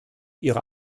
ihre